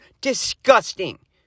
disgusting